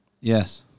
Yes